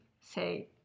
say